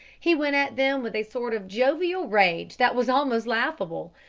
he went at them with a sort of jovial rage that was almost laughable.